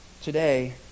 today